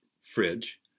fridge